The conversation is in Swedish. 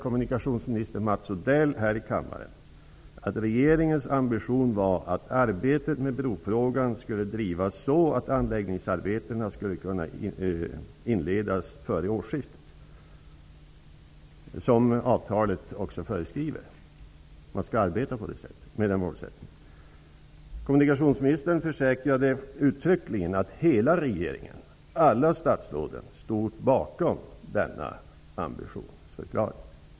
Mats Odell här i kammaren att regeringens ambition var att arbetet med brofrågan skulle drivas så att anläggningsarbetena skulle kunna inledas före årsskiftet -- avtalet föreskriver också att man skall arbeta med den målsättningen. Kommunikationsministern försäkrade uttryckligen att hela regeringen -- alla statsråden -- stod bakom denna förklaring av regeringens ambitioner.